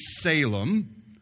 Salem